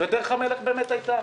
דרך המלך באמת הייתה